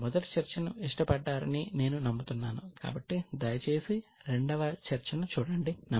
మీరు మొదటి చర్చను ఇష్టపడ్డారని నేను నమ్ముతున్నాను కాబట్టి దయచేసి రెండవ చర్చను చూడండి